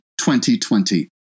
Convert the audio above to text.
2020